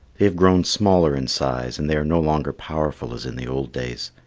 they have grown smaller in size, and they are no longer powerful as in the old days.